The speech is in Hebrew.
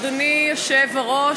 אדוני היושב-ראש,